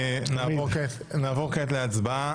נעבור כעת להצבעה.